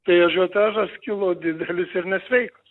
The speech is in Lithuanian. tai ažiotažas kilo didelis ir nesveikas